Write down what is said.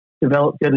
developed